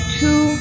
two